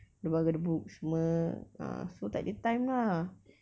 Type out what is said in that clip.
gedebak gedebuk semua ah so tak ada time lah